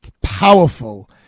powerful